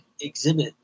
exhibit